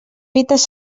fites